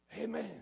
Amen